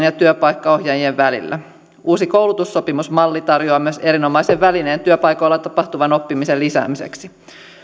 ja työpaikkaohjaajien välillä uusi koulutussopimusmalli tarjoaa myös erinomaisen välineen työpaikoilla tapahtuvan oppimisen lisäämiseksi